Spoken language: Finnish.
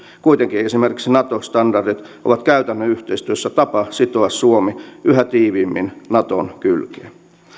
kuitenkin esimerkiksi nato standardit ovat käytännön yhteistyössä tapa sitoa suomi yhä tiiviimmin naton kylkeen